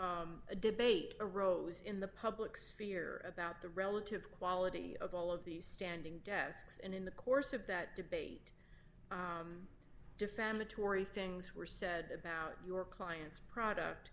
a debate arose in the public sphere about the relative quality of all of these standing desks and in the course of that debate defamatory things were said about your client's product